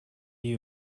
you